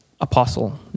Apostle